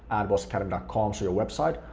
adbossacademy com's your website,